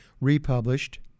republished